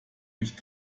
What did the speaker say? nicht